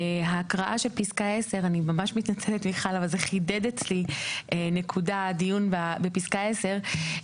ההקראה של פסקה 10 חידדה אצלי דיון בפסקה (10).